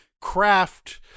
craft